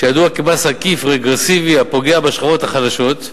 שידוע כמס עקיף רגרסיבי הפוגע בשכבות החלשות,